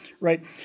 right